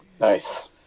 Nice